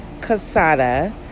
Casada